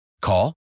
Call